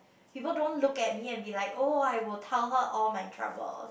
people don't look at me and be like oh I will tell her all my trouble